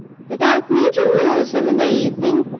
without me to amuse him in the evening,